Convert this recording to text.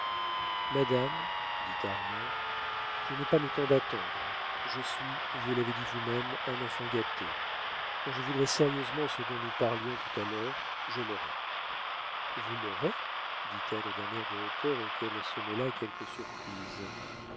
madame dit armand je n'ai pas le temps d'attendre je suis vous l'avez dit vous-même un enfant gâté quand je voudrai sérieusement ce dont nous parlions tout à l'heure je l'aurai vous l'aurez dit-elle d'un air de hauteur auquel se mêla quelque surprise